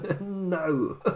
No